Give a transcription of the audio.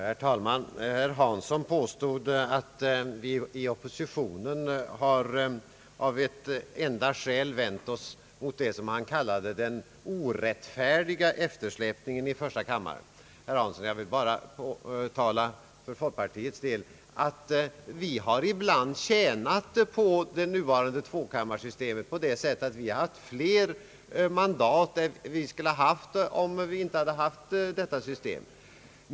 Herr talman! Herr Hansson påstod att vi inom oppositionen av ett enda skäl har vänt oss mot vad han kallade den orättfärdiga eftersläpningen i första kammaren. Herr Hansson, jag vill bara för folkpartiets del uttala, att vi ibland har tjänat på det nuvarande tvåkammarsystemet, på det sättet att vi haft fler mandat än vi skulle ha haft om vi inte hade haft detta system.